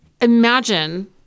imagine